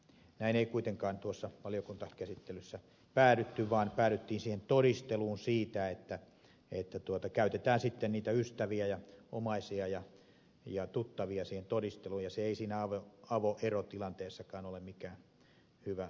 tähän ei kuitenkaan tuossa valiokuntakäsittelyssä päädytty vaan päädyttiin siihen todisteluun että käytetään sitten niitä ystäviä ja omaisia ja tuttavia siihen todisteluun ja se ei siinä avoerotilanteessakaan ole mikään hyvä ratkaisu